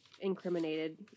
incriminated